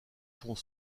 sont